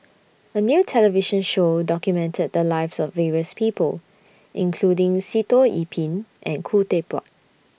A New television Show documented The Lives of various People including Sitoh Yih Pin and Khoo Teck Puat